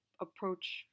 approach